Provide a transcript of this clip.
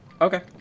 Okay